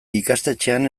ikastetxean